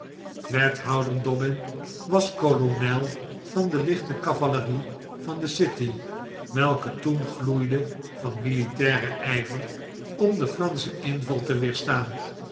wethouder dobbin was kolonel van de lichte cavalerie van de city welke toen gloeide van militairen ijver om den franschen inval te weerstaan